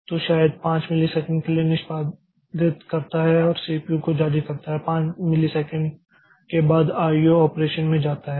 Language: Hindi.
तो कार्य शायद 5 मिलीसेकंड के लिए निष्पादित करता है और सीपीयू को जारी करता है 5 मिलीसेकंड के बाद आईओ ऑपरेशन में जाता है